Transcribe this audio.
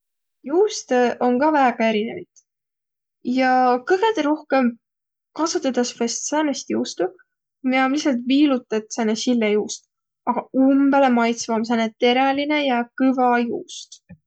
Juustõ om ka väega erinevit ja kõgõdõ rohkõmb kasutõdas vaest säänest juustu, miä om lihtsält viilutõt sääne sille juust, aga umbõlõ maitsva om sääne teräline ja kõva juust.